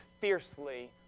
fiercely